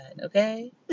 Okay